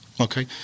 okay